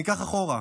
ניקח אחורה.